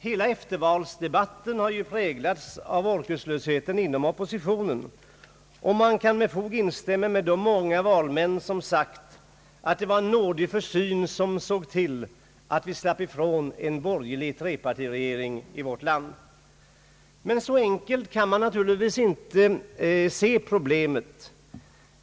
Hela eftervalsdebatten har präglats av orkeslösheten inom oppositionen, och man kan med fog instämma med de många valmän som sagt att det var en nådig försyn som såg till att vi slapp ifrån en borgerlig trepartiregering i vårt land. Men så enkelt kan man nuturligtvis inte se problemet.